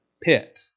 pit